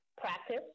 practice